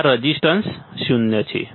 ત્યાં રેઝિસ્ટન્સ શૂન્ય છે